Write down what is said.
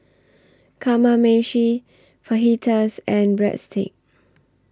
Kamameshi Fajitas and Breadsticks